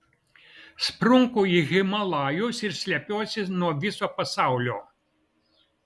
sprunku į himalajus ir slepiuosi nuo viso pasaulio